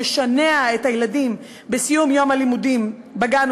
שמשנע את הילדים בסיום יום הלימודים בגן